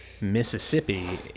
mississippi